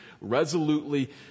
resolutely